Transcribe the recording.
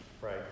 Right